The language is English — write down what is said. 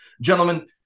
Gentlemen